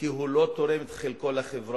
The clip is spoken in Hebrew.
כי הוא לא תורם את חלקו לחברה.